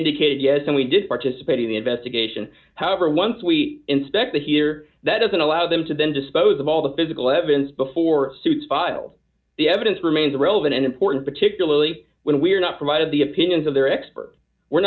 indicated yes and we did participate in the investigation however once we inspect it here that doesn't allow them to then dispose of all the physical evidence before suits filed the evidence remains relevant and important particularly when we're not provided the opinions of their expert we're